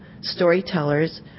storytellers